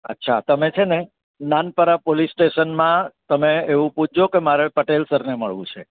અચ્છા તમે છે ને નાનપરા પોલીસ સ્ટેશનમાં તમે એવું પૂછજો કે મારે પટેલ સરને મળવું છે